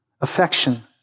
affection